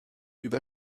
über